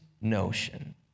notion